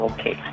Okay